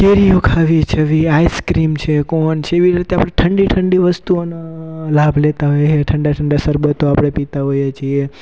કેરીઓ ખાવી જેવી આઈસક્રીમ છે કોન છે એવી રીતે આપણે ઠંડી ઠંડી વસ્તુઓનો લાભ લેતા હોઈએ એ ઠંડા ઠંડા સરબતો આપણે પીતાં હોઈએ છીએ